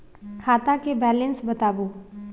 खाता के बैलेंस बताबू?